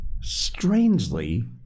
strangely